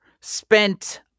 spent